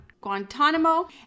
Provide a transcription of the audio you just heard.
Guantanamo